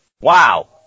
wow